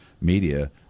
media